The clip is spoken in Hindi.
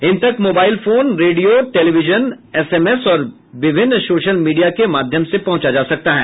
इन तक मोबाइल फोन रेडियों टेलिविजन एसएमएस और विभिन्न सोशल मीडिया के माध्यम से पहुंचा जा सकता है